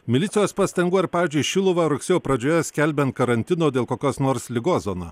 milicijos pastangų ar pavyzdžiui šiluvą rugsėjo pradžioje skelbiant karantino dėl kokios nors ligos zona